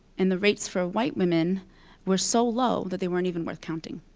and the rates for white women were so low that they weren't even worth counting.